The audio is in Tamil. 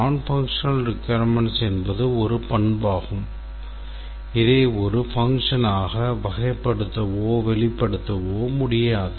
nonfunctional requirements என்பது ஒரு பண்பாகும் இதை ஒரு function ஆக வகைப்படுத்தவோ வெளிப்படுத்தவோ முடியாது